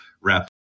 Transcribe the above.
wrap